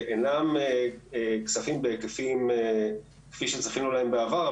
שאינם כספים בהיקפים כפי שצפינו להם בעבר,